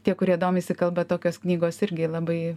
tie kurie domisi kalba tokios knygos irgi labai